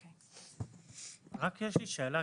שאלה.